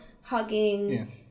hugging